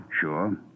Sure